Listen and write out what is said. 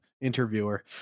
interviewer